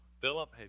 Philip